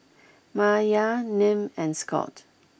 Maia Nim and Scot